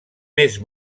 més